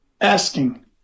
asking